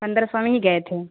پندرہ سو میں ہی گئے تھے